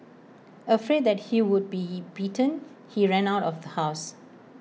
afraid that he would be beaten he ran out of the house